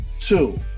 Two